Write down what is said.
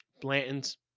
Blanton's